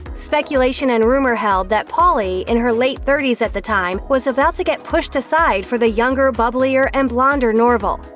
speculation and rumor held that pauley, in her late thirties at the time, was about to get pushed aside for the younger, bubblier, and blonder norville.